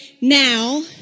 now